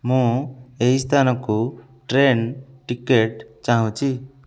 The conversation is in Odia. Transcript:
ମୁଁ ଏହି ସ୍ଥାନକୁ ଟ୍ରେନ୍ ଟିକେଟ୍ ଚାହୁଁଛି